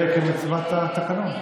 זה כמצוות התקנון.